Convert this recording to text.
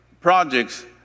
projects